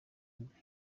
mbere